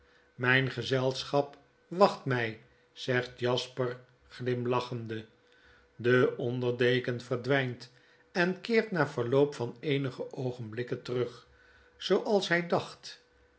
mfln gezelschap wacht mij zegt jasper glimlachende de onder deken verdwflnt en keert na verloop van eenige oogenblikken terug zooals hij dacht